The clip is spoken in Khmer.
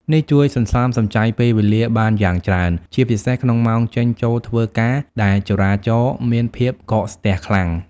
នេះជួយសន្សំសំចៃពេលវេលាបានយ៉ាងច្រើន ជាពិសេសក្នុងម៉ោងចេញចូលធ្វើការដែលចរាចរណ៍មានភាពកកស្ទះខ្លាំង។